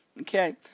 Okay